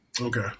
Okay